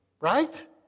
right